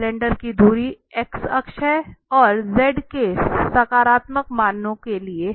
cylinder की धुरी x अक्ष है और z के सकारात्मक मानों के लिए हैं